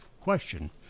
question